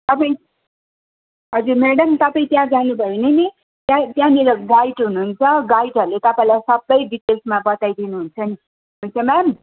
तपाईँ हजुर म्याडम तपाईँ त्यहाँ जानु भयो भने नि त्यहाँ त्यहाँनिर गाइड हुनु हुन्छ गाइडहरूले तपाईँलाई सबै डिटेल्समा बताइदिनु हुन्छ नि हुन्छ म्याम